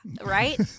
right